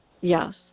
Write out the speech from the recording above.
Yes